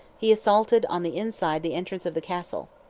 he assaulted on the inside the entrance of the castle.